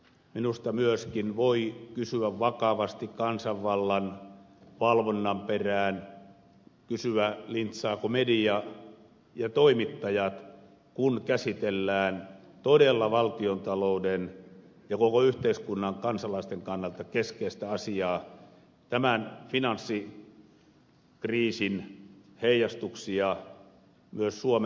minusta myöskin voi kysyä vakavasti kansanvallan valvonnan perään kysyä lintsaavatko media ja toimittajat kun käsitellään todella valtiontalouden ja koko yhteiskunnan kansalaisten kannalta keskeistä asiaa tämän finanssikriisin heijastuksia myös suomen osalta